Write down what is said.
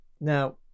now